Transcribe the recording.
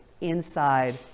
inside